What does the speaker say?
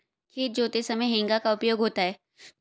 खेत जोतते समय हेंगा का उपयोग होता है